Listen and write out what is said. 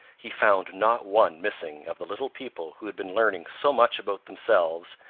he found not one missing of the little people who had been learning so much about themselves,